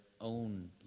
own